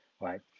right